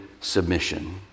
submission